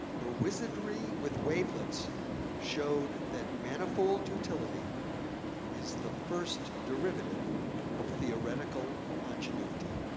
her wizardry with wavelets showed that manifold utility is the first derivative of theoretical ingenuity,